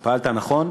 פעלת נכון.